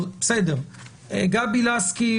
חברת הכנסת גבי לסקי